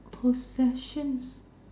Possessions